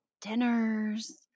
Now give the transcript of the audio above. dinners